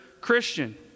Christian